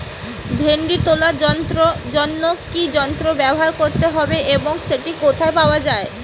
ভিন্ডি তোলার জন্য কি যন্ত্র ব্যবহার করতে হবে এবং সেটি কোথায় পাওয়া যায়?